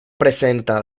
presenta